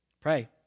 Pray